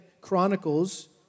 Chronicles